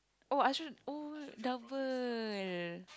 oh Ashrul oh double